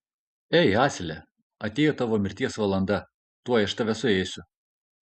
ei asile atėjo tavo mirties valanda tuoj aš tave suėsiu